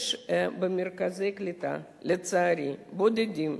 יש במרכזי קליטה, לצערי, בודדים,